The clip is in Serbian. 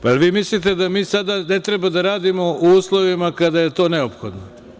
Da li vi mislite da mi sada ne treba da radimo u uslovima kada je to neophodno?